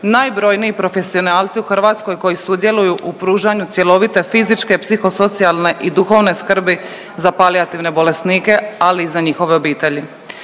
najbrojniji profesionalci u Hrvatskoj koji sudjeluju u pružanju cjelovite fizičke, psihosocijalne i duhovne skrbi za palijativne bolesnike, ali i za njihove obitelji.